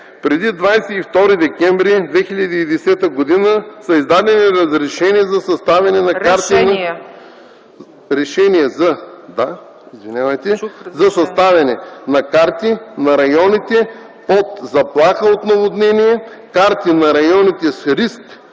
преди 22 декември 2010 г. са издадени решения за съставяне на карти на районите под заплаха от наводнения, карти на районите с риск